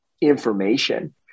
information